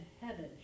heaven